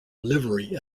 livery